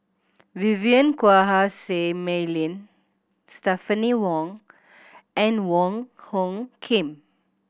Vivien Quahe Seah Mei Lin Stephanie Wong and Wong Hung Khim